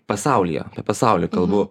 pasaulyje pasaulio kalbu